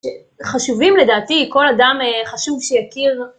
חשובים לדעתי, כל אדם חשוב שיכיר.